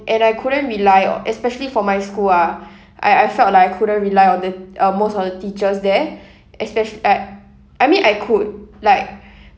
and I couldn't rely o~ especially for my school ah I I felt like I couldn't rely on the uh most of the teachers there especial~ like I mean I could like